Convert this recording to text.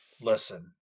listen